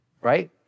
right